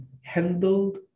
handled